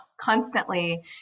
constantly